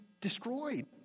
destroyed